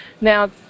now